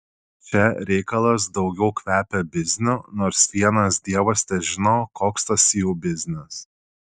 čia reikalas daugiau kvepia bizniu nors vienas dievas težino koks tas jų biznis